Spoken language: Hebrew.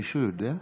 מישהו יודע?